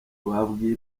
babwiye